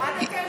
הורדתם?